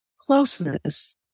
closeness